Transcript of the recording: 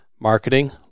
marketing